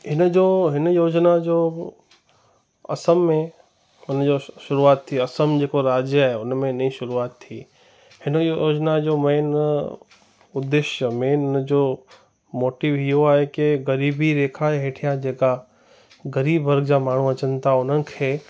हिनजो हिन योजना जो असल में हुनजो शुरूआति थी असम जेको राज्य आहे उन में हिन जी शुरूआति थी हिन योजना जो मेन उद्देश्य मेन इन जो मोटिव इहो आहे की ग़रीबी रेखा जे हेठियां जेका ग़रीबु वर्ग जा माण्हू अचनि था उन्हनि खे